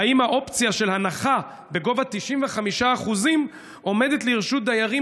3. האם האופציה של הנחה בגובה 95% עומדת לרשות דיירים